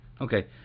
Okay